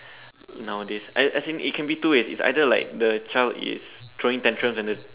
now a days as in it can be two ways is either like the child can be throwing tantrums and the